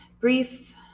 brief